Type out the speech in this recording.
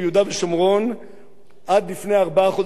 עד לפני ארבעה חודשים, בסוף דצמבר 2011,